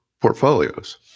Portfolios